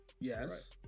yes